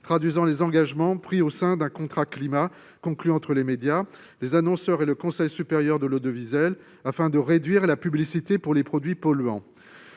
traduisant les engagements pris au sein d'un contrat climat conclu entre les médias et les annonceurs, d'une part, et le CSA, d'autre part, afin de réduire la publicité pour les produits polluants.